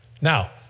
Now